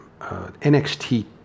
nxt